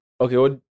Okay